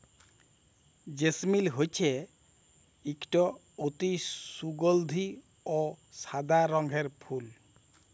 জেসমিল হছে ইকট অতি সুগাল্ধি অ সাদা রঙের ফুল